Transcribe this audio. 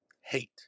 hate